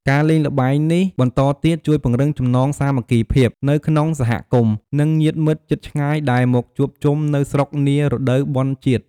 ការលេងល្បែងនេះបន្តទៀត ជួយពង្រឹងចំណងសាមគ្គីភាពនៅក្នុងសហគមន៍ និងញាតិមិត្តជិតឆ្ងាយដែលមកជួបជុំនៅស្រុកនារដូវបុណ្យជាតិ។